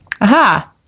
Aha